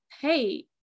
Hey